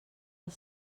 els